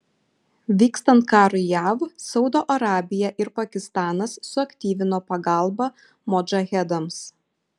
vykstant karui jav saudo arabija ir pakistanas suaktyvino pagalbą modžahedams